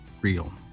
real